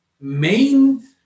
main